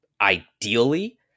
ideally